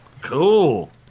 Cool